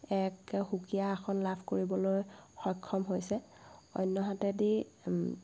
এক সুকীয়া আসন লাভ কৰিবলৈ সক্ষম হৈছে অন্যহাতেদি